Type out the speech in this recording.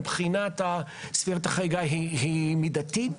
מבחינת סבירות החריגה היא מידתית,